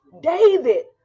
David